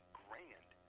grand